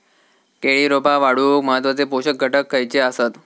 केळी रोपा वाढूक महत्वाचे पोषक घटक खयचे आसत?